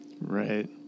Right